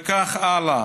וכן הלאה: